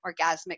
orgasmic